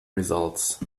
results